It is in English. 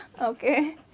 Okay